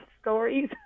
stories